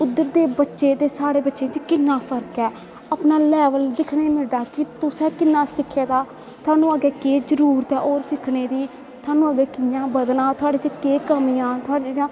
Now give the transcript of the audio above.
उद्धर दे बच्चें च ते साढ़े बच्चें च किन्ना फर्क ऐ अपना लैवल दिक्खनें गी मिलदा कि तुसैं किन्ना सिक्खे दा तोआनू अग्गैं केह् जरूरत ऐ होर सिक्खने दी थोआनू अग्गैं कियां बधना तोआढ़े च केह् कमियां थोआढ़े च